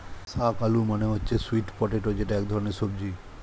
শাক আলু মানে হচ্ছে স্যুইট পটেটো যেটা এক ধরনের সবজি